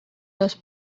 los